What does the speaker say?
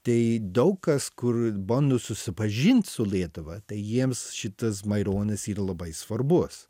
tai daug kas kur bando susipažint su lietuva tai jiems šitas maironis yra labai svarbus